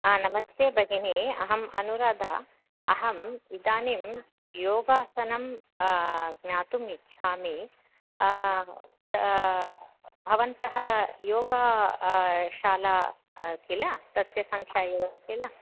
हा नमस्ते भगिनि अहम् अनुराधा अहम् इदानीं योगासनं ज्ञातुम् इच्छामि भवन्तः योग शाला किल तस्य सङ्ख्या एव किल